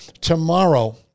tomorrow